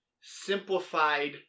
simplified